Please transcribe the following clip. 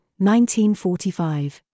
1945